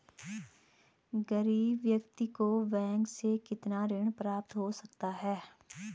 गरीब व्यक्ति को बैंक से कितना ऋण प्राप्त हो सकता है?